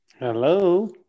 Hello